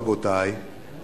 רבותי,